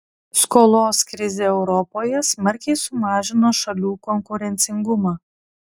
skolos krizė europoje smarkiai sumažino šalių konkurencingumą